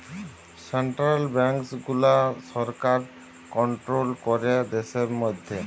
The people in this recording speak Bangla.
সেনটারাল ব্যাংকস গুলা সরকার কনটোরোল ক্যরে দ্যাশের ম্যধে